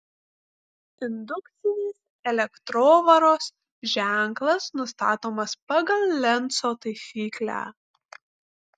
indukcinės elektrovaros ženklas nustatomas pagal lenco taisyklę